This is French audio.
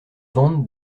vente